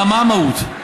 מה המהות?